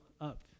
up